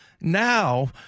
Now